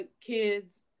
kids